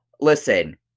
listen